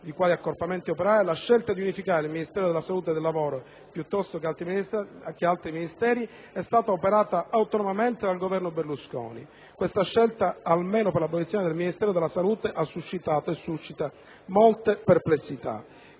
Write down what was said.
di quali accorpamenti operare, la scelta di unificare il Ministero della salute e del lavoro, piuttosto che altri Ministeri è stata operata autonomamente dal Governo Berlusconi. Questa scelta, almeno per l'abolizione del Ministero della salute, ha suscitato e suscita molte perplessità.